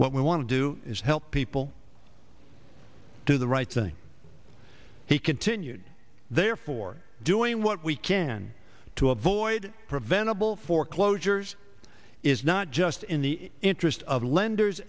we want to do is help people do the right thing he continued therefore doing what we can to avoid preventable foreclosures is not just in the interest of lenders